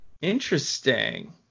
interesting